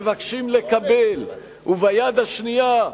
מבקשים לקבל, וביד השנייה,